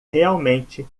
realmente